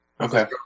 Okay